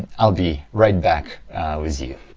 i'll be right back with you.